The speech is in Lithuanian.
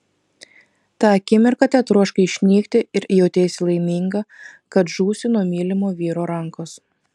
tą akimirką tetroškai išnykti ir jauteisi laiminga kad žūsi nuo mylimo vyro rankos